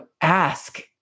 ask